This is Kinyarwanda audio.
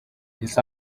ese